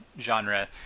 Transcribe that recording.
genre